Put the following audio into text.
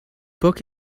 book